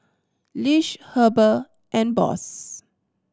Lish Heber and Boss